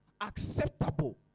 Acceptable